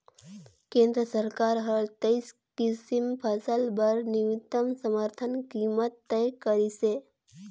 केंद्र सरकार हर तेइस किसम फसल बर न्यूनतम समरथन कीमत तय करिसे